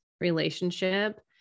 relationship